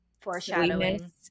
foreshadowing